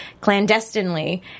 clandestinely